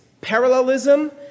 parallelism